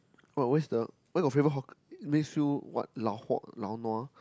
what where's the where got favourite hawkermakes you what lao hock lao nua